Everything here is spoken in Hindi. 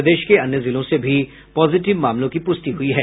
प्रदेश के अन्य जिलों से भी पॉजिटिव मामलों की पुष्टि हुई है